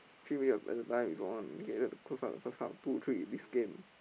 three minutes of at time is on they needed to close up first half two three this game